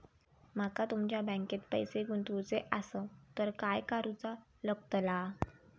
माका तुमच्या बँकेत पैसे गुंतवूचे आसत तर काय कारुचा लगतला?